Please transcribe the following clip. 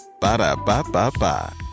Ba-da-ba-ba-ba